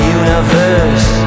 universe